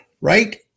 right